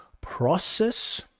process